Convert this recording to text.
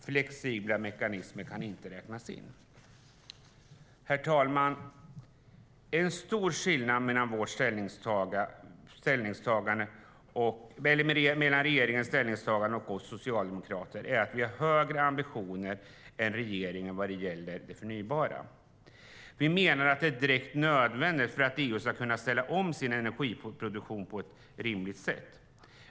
Flexibla mekanismer kan inte räknas in. Herr talman! En stor skillnad mellan regeringen och oss socialdemokrater är att vi har högre ambitioner än regeringen vad gäller det förnybara. Vi menar att det förnybara är helt nödvändigt för att EU ska kunna ställa om sin energiproduktion på ett rimligt sätt.